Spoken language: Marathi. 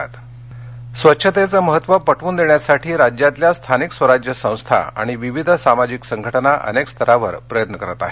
स्वच्छ सर्वेक्षण वाशीम स्वच्छतेचं महत्त्व पटवून देण्यासाठी राज्यातल्या स्थानिक स्वराज्य संस्था आणि विविध सामाजिक संघटना अनेक स्तरावर प्रयत्न करत आहेत